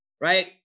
right